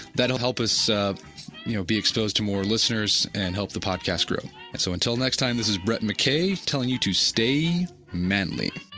that will help us you know be exposed to more listeners and help the podcast grill. and so, until next time this is brett mckay telling you to stay manly